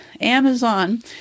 Amazon